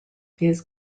these